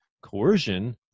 coercion